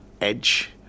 edge